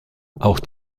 auch